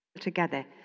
together